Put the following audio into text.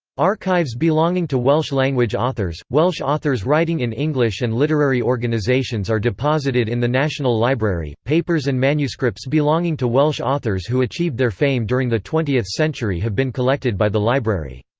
archives belonging to welsh-language authors, welsh authors writing in english and literary organisations are deposited in the national library papers and manuscripts belonging to welsh authors who achieved their fame during the twentieth century have been collected by the library.